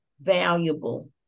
valuable